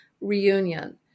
reunion